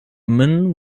man